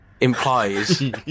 implies